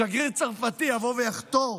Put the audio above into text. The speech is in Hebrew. שגריר צרפתי יבוא ויחתור